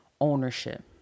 ownership